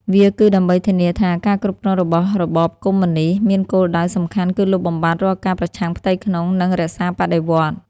វាគឺដើម្បីធានាថា ការគ្រប់គ្រងរបស់របបកុម្មុយនីស្តមានគោលដៅសំខាន់គឺលុបបំបាត់រាល់ការប្រឆាំងផ្ទៃក្នុង និងរក្សាបដិវត្តន៍។